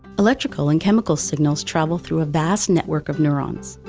electrical and chemical signals travel through a vast network of neurons.